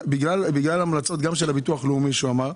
בגלל המלצות גם של הביטוח הלאומי שהוא אמר.